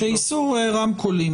איסור רמקולים